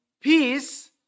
peace